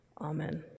Amen